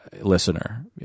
listener